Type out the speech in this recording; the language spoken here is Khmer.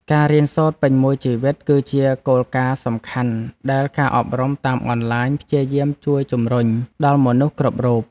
ការរៀនសូត្រពេញមួយជីវិត គឺជាគោលការណ៍សំខាន់ដែលការអប់រំតាមអនឡាញព្យាយាមជួយជំរុញដល់មនុស្សគ្រប់រូប។